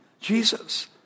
Jesus